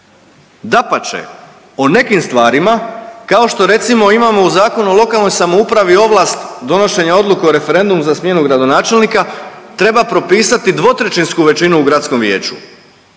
Dapače o nekim stvarima kao što recimo imamo u Zakonu o lokalnoj samoupravi ovlast donošenja odluke o referendumu za smjenu gradonačelnika treba propisati 2/3 većinu u gradskom vijeću.